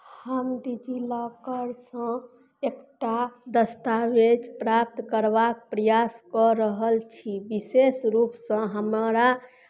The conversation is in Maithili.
हम डीजीलौकरसंँ एकटा दस्तावेज प्राप्त करबाक प्रयास कऽ रहल छी बिशेष रूपसंँ हमरा